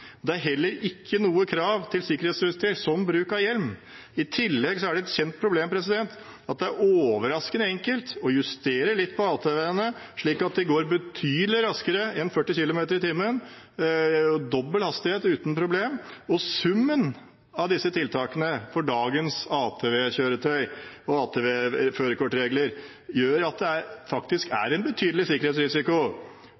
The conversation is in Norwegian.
Det er heller ikke noe krav til sikkerhetsutstyr, som bruk av hjelm. I tillegg er det et kjent problem at det er overraskende enkelt å justere litt på ATV-ene slik at de går betydelig raskere enn 40 km/t – dobbel hastighet uten problem. Summen av disse tiltakene for dagens ATV-kjøretøy og ATV-førerkortregler gjør at det faktisk er